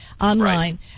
online